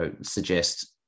suggest